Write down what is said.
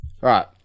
right